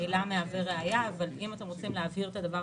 ממילא מהווה ראיה אבל אם אתם רוצים להבהיר את זה בחוק,